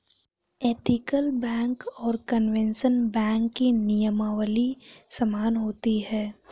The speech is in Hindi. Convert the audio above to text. एथिकलबैंक और कन्वेंशनल बैंक की नियमावली समान होती है